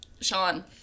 Sean